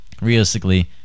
realistically